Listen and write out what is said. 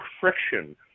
friction